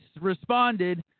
responded